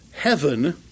heaven